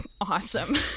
awesome